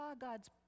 God's